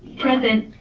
present.